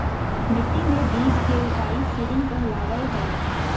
मिट्टी मे बीज के रोपाई सीडिंग कहलावय हय